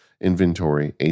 inventory